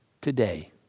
today